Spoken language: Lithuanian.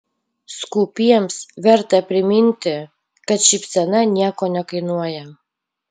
skūpiems verta priminti kad šypsena nieko nekainuoja